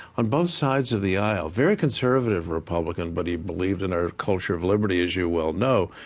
on both sides of the aisle, very conservative republican but he believed in our culture of liberty as you well know.